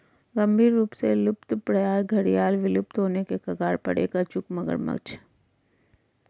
गंभीर रूप से लुप्तप्राय घड़ियाल विलुप्त होने के कगार पर एक अचूक मगरमच्छ है